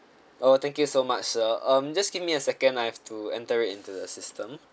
oh thank you so much sir um just give me a second I have to enter it into the system